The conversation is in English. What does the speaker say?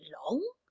long